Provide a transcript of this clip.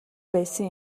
байсан